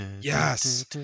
yes